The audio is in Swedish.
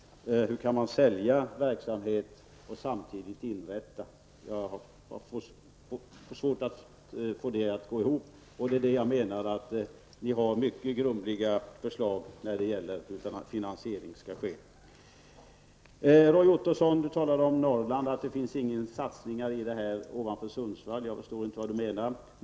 Hur kan man sälja ut verksamhet och samtidigt inrätta sådan? Jag har svårt att få det att gå ihop, och det är därför jag menar att era förslag är mycket grumliga vad gäller hur finansieringen skall ske. Roy Ottosson talade om att det i förslaget inte finns några satsningar på Norrland ovanför Sundsvall. Jag förstår inte vad Roy Ottosson menar.